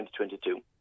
2022